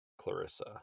Clarissa